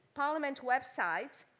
parliament websites,